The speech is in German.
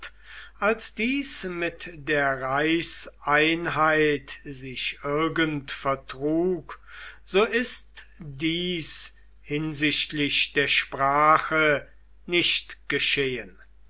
als dies mit der reichseinheit sich irgend vertrug so ist dies hinsichtlich der sprache nicht geschehen